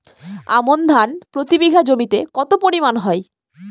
আমন ধান প্রতি বিঘা জমিতে কতো পরিমাণ হয়?